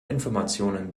informationen